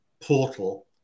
portal